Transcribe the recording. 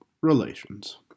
relations